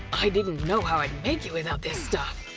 i didn't know how i'd make it without this stuff!